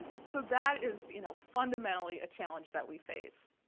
and so that is you know fundamentally a challenge that we face.